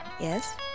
yes